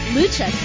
Lucha